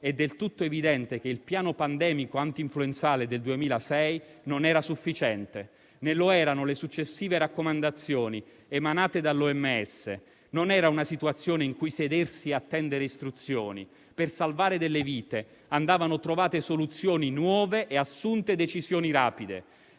è del tutto evidente che il Piano pandemico antinfluenzale del 2006 non era sufficiente, né lo erano le successive raccomandazioni emanate dall'OMS. Non era una situazione in cui sedersi e attendere istruzioni. Per salvare delle vite andavano trovate soluzioni nuove e assunte decisioni rapide.